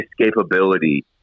escapability